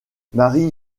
marie